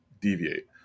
deviate